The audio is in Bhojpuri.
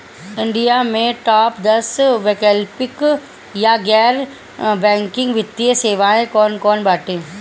इंडिया में टाप दस वैकल्पिक या गैर बैंकिंग वित्तीय सेवाएं कौन कोन बाटे?